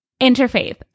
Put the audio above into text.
Interfaith